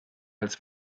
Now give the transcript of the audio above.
als